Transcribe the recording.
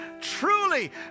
truly